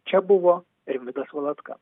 čia buvo rimvydas valatka